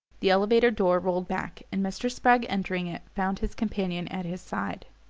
the elevator door rolled back, and mr. spragg, entering it, found his companion at his side.